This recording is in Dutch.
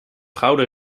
gouden